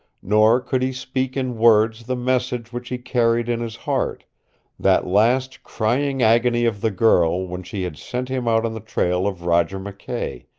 nor could he speak in words the message which he carried in his heart that last crying agony of the girl when she had sent him out on the trail of roger mckay,